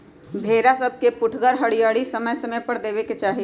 भेड़ा सभके पुठगर हरियरी समय समय पर देबेके चाहि